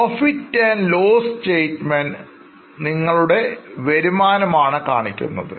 profit loss statement നിങ്ങളുടെ വരുമാനമാണ് കാണിക്കുന്നത്